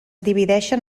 divideixen